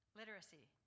literacy